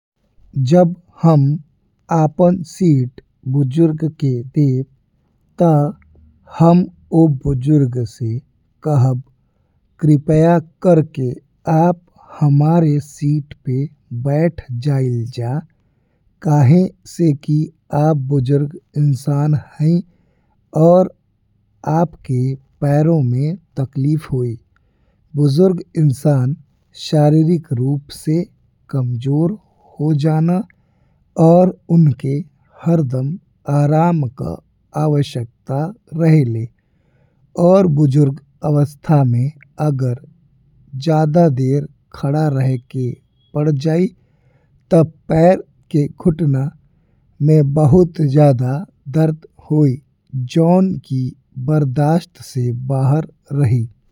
जब हम आपन सीट बुजुर्ग के देब ता हम वो बुजुर्ग से कहब कृप्या करके आप हमार सीट पे बैठ जाइल जा। काहें से कि आप बुजुर्ग इंसान हईं और आपके पैरन में तकलीफ होई, बुजुर्ग इंसान शारीरिक रूप से कमजोर हो जाला। और उनकर हरदम आराम का आवश्यकता रहेला और बुजुर्ग अवस्था में अगर ज्यादा देर खड़ा रहे के पड़ जाई ता पैर के घुटना में बहुत ज्यादा दर्द होई जौन की बर्दाश्त से बाहर रही।